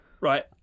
Right